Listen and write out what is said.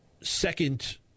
Second